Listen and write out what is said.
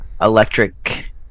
electric